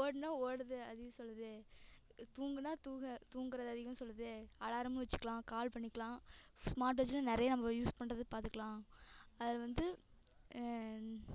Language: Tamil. ஓடினா ஓடுது அதையும் சொல்லுது தூங்கினா தூங்கிற தூங்கிறது அதையும் சொல்லுது அலாரமும் வச்சுக்கிலாம் கால் பண்ணிக்கலாம் ஸ்மார்ட் வாட்ச்ன்னால் நிறையா நம்ம யூஸ் பண்ணுறது பார்த்துக்கலாம் அதில் வந்து